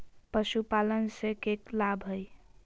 पशुपालन से के लाभ हय?